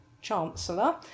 Chancellor